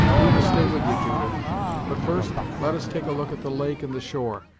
we will stay with you, judith but first let us take a look at the lake and the shore,